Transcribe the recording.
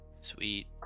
Sweet